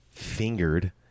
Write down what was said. fingered